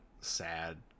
sad